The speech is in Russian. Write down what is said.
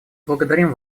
благодарим